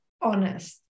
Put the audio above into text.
honest